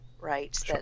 right